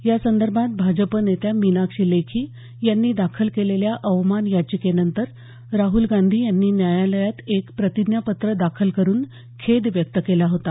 या संदर्भात भाजप नेत्या मीनाक्षी लेखी यांनी दाखल केलेल्या अवमान याचिकेनंतर राहल गांधी यांनी न्यायालयात एक प्रतिज्ञापत्र दाखल करून खेद व्यक्त केला होता